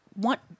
want